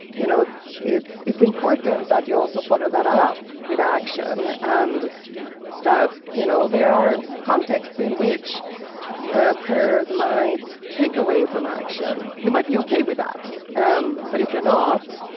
you know, it's it's important that you also follow that up with action and that, you know, there are contexts in which ah prayers might take away from action. you might be ok with that. um but if you're not,